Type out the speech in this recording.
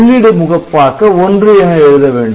உள்ளிடு முகப்பாக்க '1' எழுத வேண்டும்